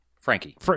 Frankie